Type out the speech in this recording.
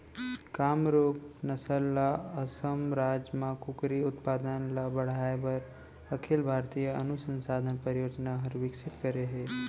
कामरूप नसल ल असम राज म कुकरी उत्पादन ल बढ़ाए बर अखिल भारतीय अनुसंधान परियोजना हर विकसित करे हे